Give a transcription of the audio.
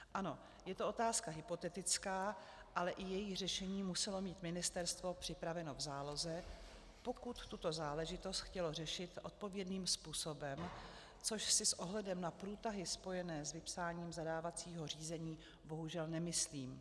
Ano, je to otázka hypotetická, ale i její řešení muselo mít ministerstvo připraveno v záloze, pokud tuto záležitost chtělo řešit odpovědným způsobem, což si s ohledem na průtahy spojené s vypsáním zadávacího řízení bohužel nemyslím.